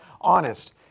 honest